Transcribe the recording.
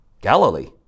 Galilee